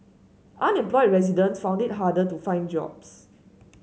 unemployed residents found it harder to find jobs